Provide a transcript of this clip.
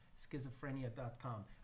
schizophrenia.com